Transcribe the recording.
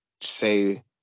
say